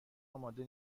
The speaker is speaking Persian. آماده